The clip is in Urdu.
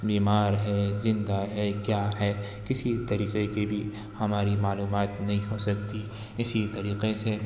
بیمار ہے زندہ ہے کیا ہے کسی طریقے کے لیے ہماری معلومات نہیں ہو سکتی اسی طریقے سے